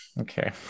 Okay